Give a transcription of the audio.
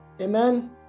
Amen